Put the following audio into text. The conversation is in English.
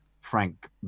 Frank